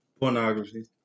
Pornography